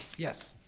yes,